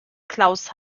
klaus